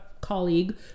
colleague